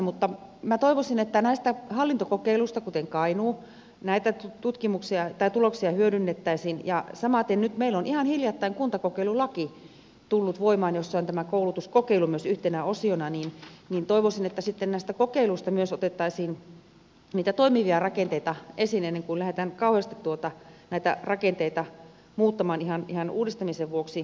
mutta minä toivoisin että näistä hallintokokeiluista kuten kainuusta näitä tuloksia hyödynnettäisiin ja kun meillä on nyt ihan hiljattain tullut voimaan kuntakokeilulaki jossa on myös tämä koulutuskokeilu yhtenä osiona niin samaten toivoisin että sitten näistä kokeiluista myös otettaisiin niitä toimivia rakenteita esiin ennen kuin lähdetään kauheasti näitä rakenteita muuttamaan ihan uudistamisen vuoksi